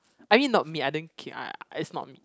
I mean not me I didn't kick I I it's not me